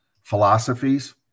philosophies